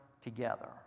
together